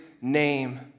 name